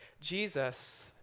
Jesus